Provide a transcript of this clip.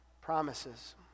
promises